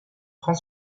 franc